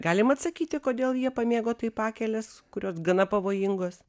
galima atsakyti kodėl jie pamėgo taip pakeles kurios gana pavojingos